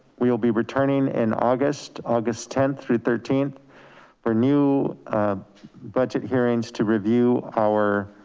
we will be returning in august august tenth through thirteen for new budget hearings to review our